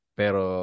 pero